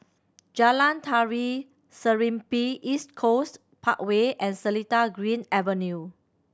Jalan Tari Serimpi East Coast Parkway and Seletar Green Avenue